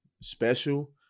special